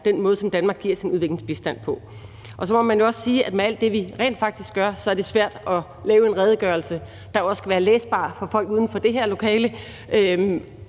den måde, som Danmark giver sin udviklingsbistand på. Så må man jo også sige, at med alt det, vi rent faktisk gør, er det svært at lave en redegørelse, der også skal være læsbar for folk uden for det her lokale,